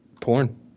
porn